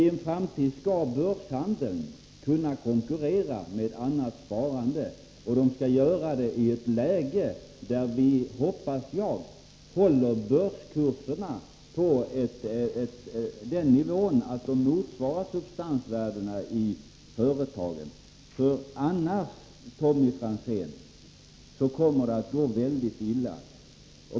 I en framtid skall alltså börshandeln kunna konkurrera med annat sparande, och den skall göra det i ett läge, där jag hoppas att vi håller börskurserna på en nivå som motsvarar substansvärdena i företagen. Annars, Tommy Franzén, kommer det att gå mycket illa.